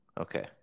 Okay